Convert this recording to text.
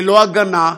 ללא הגנה?